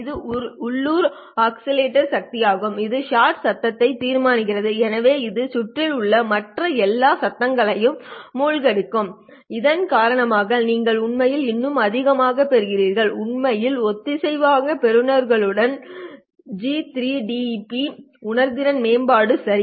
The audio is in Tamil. இது உள்ளூர் ஆஸிலேட்டர் சக்தியாகும் இது ஷாட் சத்தத்தை தீர்மானிக்கிறது எனவே இது சுற்றில் உள்ள மற்ற எல்லா சத்தங்களையும் மூழ்கடிக்கும் இதன் காரணமாக நீங்கள் உண்மையில் இன்னும் அதிகமாகப் பெறுகிறீர்கள் உண்மையில் ஒத்திசைவான பெறுநர்களுடன் ஜின் 3 டிபி உணர்திறன் மேம்பாடு சரி